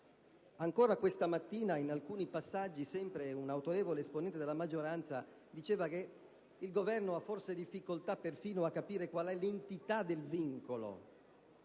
Ancora questa mattina, in alcuni passaggi, sempre un autorevole esponente della maggioranza diceva che il Governo ha forse difficoltà perfino a capire quale sia l'entità del vincolo: